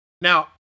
Now